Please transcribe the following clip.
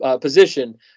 position